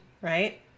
Right